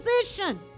position